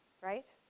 right